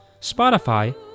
Spotify